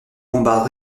bombarde